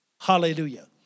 Hallelujah